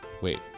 Wait